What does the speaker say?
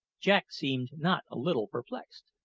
jack seemed not a little perplexed.